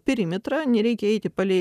perimetrą nereikia eiti palei